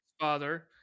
father